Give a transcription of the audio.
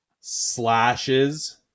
slashes